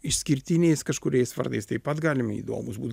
išskirtiniais kažkuriais vardais taip pat galime įdomūs būt